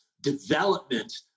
development